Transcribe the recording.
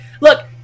look